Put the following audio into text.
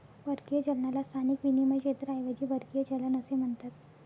परकीय चलनाला स्थानिक विनिमय क्षेत्राऐवजी परकीय चलन असे म्हणतात